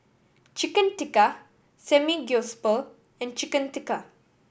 Chicken Tikka Samgyeopsal and Chicken Tikka